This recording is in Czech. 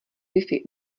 wifi